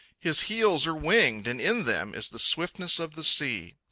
his heels are winged, and in them is the swiftness of the sea.